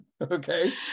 Okay